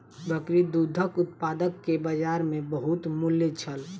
बकरी दूधक उत्पाद के बजार में बहुत मूल्य छल